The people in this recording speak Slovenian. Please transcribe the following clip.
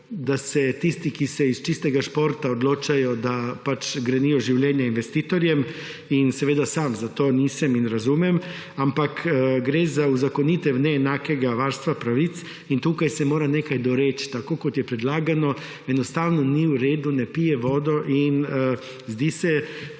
da se tisti, ki se iz čistega športa odločajo, da pač grenijo življenje investitorjem. Seveda sam za to nisem in razumem, ampak gre za uzakonitev neenakega varstva pravic in tukaj se mora nekaj doreči. Tako, kot je predlagano, enostavno ni v redu, ne pije vodo in zdi se,